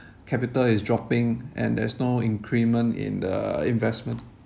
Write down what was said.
capital is dropping and there's no increment in the investment